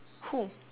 who